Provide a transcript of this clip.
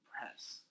press